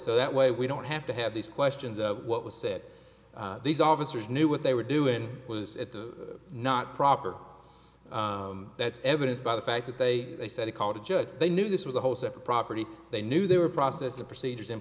so that way we don't have to have these questions of what was said these officers knew what they were doing was at the not proper that's evidence by the fact that they they said they called the judge they knew this was a whole separate property they knew they were processing procedures in